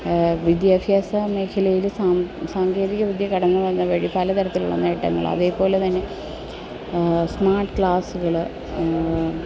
വിദ്യാഭ്യാസ മേഖലയിൽ സാങ്കേതികവിദ്യ കടന്ന് വന്ന വഴി പലതരത്തിലുള്ള നേട്ടങ്ങൾ അതേപോലെത്തന്നെ സ്മാർട്ട് ക്ലാസുകൾ